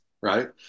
right